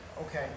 okay